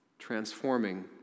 transforming